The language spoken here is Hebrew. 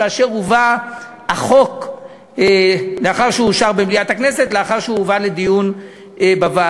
כאשר הובא החוק לאחר שאושר במליאת הכנסת לאחר שהובא לדיון בוועדה.